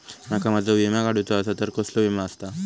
माका माझो विमा काडुचो असा तर कसलो विमा आस्ता?